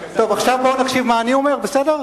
עכשיו בואו נקשיב מה אני אומר, בסדר?